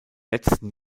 letzten